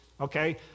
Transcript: Okay